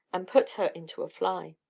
and put her into a fly.